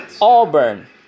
Auburn